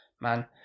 man